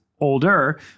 older